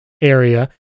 area